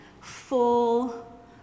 full